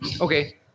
Okay